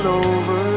over